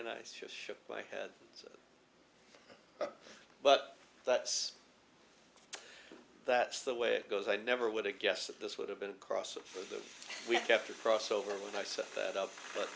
and i shook my head but that's that's the way it goes i never would have guessed that this would have been across the week after cross over when i set that up but